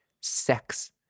sex